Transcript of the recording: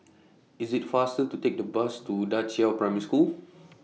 IT IS faster to Take The Bus to DA Qiao Primary School